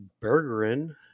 Bergerin